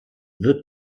wird